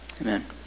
Amen